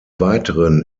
weiteren